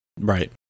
Right